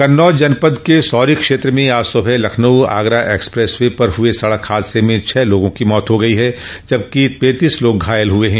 कन्नौज जनपद के सौरिख क्षेत्र में आज सुबह लखनऊ आगरा एक्सप्रेस वे पर हुए सड़क हादसे मे छह लोगों की मौत हो गई है जबकि तैंतीस लोग घायल है